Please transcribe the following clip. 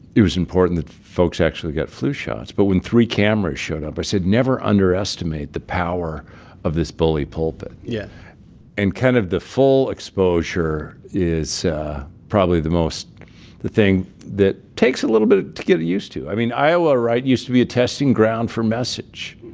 it was important that folks actually get flu shots. but when three cameras showed up, i said, never underestimate the power of this bully pulpit yeah and kind of the full exposure is probably the most the thing that takes a little bit to get used to. i mean iowa right? used to be a testing ground for message.